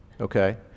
Okay